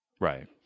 right